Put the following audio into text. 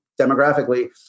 demographically